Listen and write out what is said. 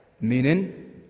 Meaning